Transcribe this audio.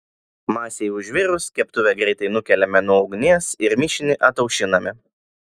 masei užvirus keptuvę greitai nukeliame nuo ugnies ir mišinį ataušiname